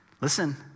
Listen